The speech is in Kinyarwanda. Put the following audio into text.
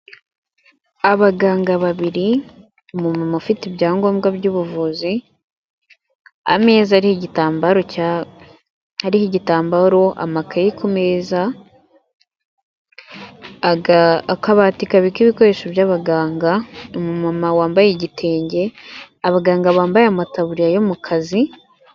Abaganga babiri umumama ufite ibyangombwa by'ubuvuzi ameza igitambaro ariho igitambaro, amakaye ku meza, akabati kabika ibikoresho by'abaganga umumama wambaye igitenge, abaganga bambaye amataburiya yo mu kazi.